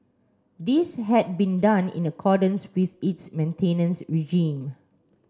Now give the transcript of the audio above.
this had been done in accordance with its maintenance regime